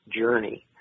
journey